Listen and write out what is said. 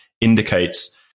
indicates